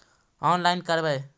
Online करवे?